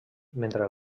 mentre